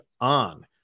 on